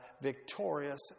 victorious